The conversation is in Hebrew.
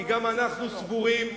כי גם אנחנו סבורים,